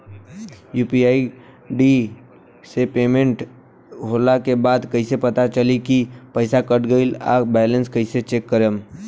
UPI ID से payment होला के बाद कइसे पता चली की पईसा कट गएल आ बैलेंस कइसे चेक करम?